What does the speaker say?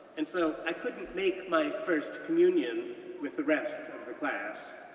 and so i couldn't make my first communion with the rest of the class.